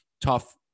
tough